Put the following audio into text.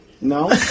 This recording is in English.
No